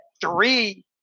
three